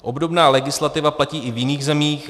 Obdobná legislativa platí i v jiných zemích.